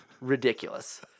Ridiculous